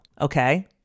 Okay